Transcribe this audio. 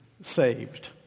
saved